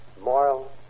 moral